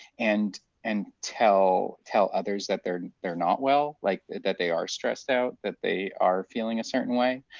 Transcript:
and and tell tell others that they're they're not well, like that they are stressed out, that they are feeling a certain way.